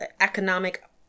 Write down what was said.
economic